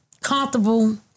comfortable